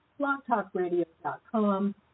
BlogTalkRadio.com